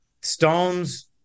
Stones